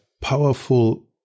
powerful